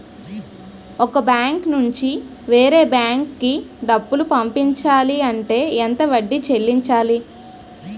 ఒక బ్యాంక్ నుంచి వేరే బ్యాంక్ కి డబ్బులు పంపించాలి అంటే ఎంత వడ్డీ చెల్లించాలి?